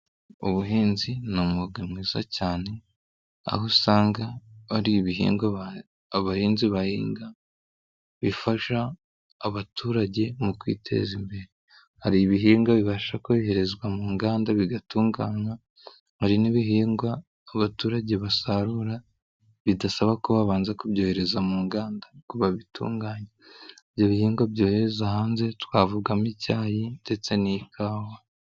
Ubuhinzi ni umwuga mwiza cyane, aho usanga hari ibihingwa abahinzi bahinga bifasha abaturage mu kwiteza imbere. Hari ibihingwa bibasha koherezwa mu nganda bigatunganywa, hari n'ibihingwa abaturage basarura bidasaba ko babanza kubyohereza mu nganda babitunganye. Ibyo bihingwa byoherezwa hanze twavugamo icyayi ndetse n'ikawa.